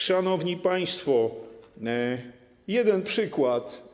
Szanowni państwo, jeden przykład.